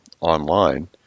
online